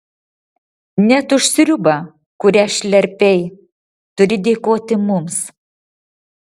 net už sriubą kurią šlerpei turi dėkoti mums